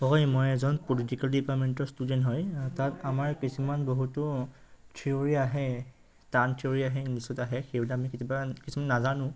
হয় মই এজন পলিটিকেল ডিপাৰ্টমেণ্টৰ ষ্টুডেণ্ট হয় তাত আমাৰ কিছুমান বহুতো থিয়ৰী আহে টান থিয়ৰী আহে ইংলিছত আহে সেইবিলাক আমি কেতিয়াবা কিছুমান নাজানো